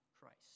Christ